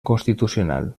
constitucional